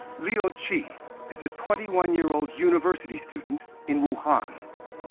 liu qi is a twenty one year old university student in wuhan.